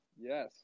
Yes